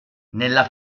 nella